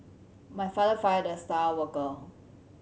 my father fired the star worker